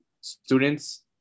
students